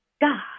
God